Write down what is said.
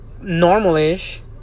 normal-ish